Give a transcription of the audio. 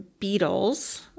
Beatles